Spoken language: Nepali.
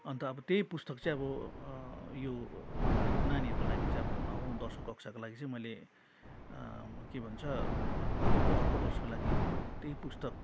अन्त अब त्यही पुस्तक चाहिँ अब यो नानीहरूको लागि चाहिँ अब नौ दस कक्षाको लागि चाहिँ मैले म के भन्छ अब अर्को वर्षको लागि त्यही पुस्तक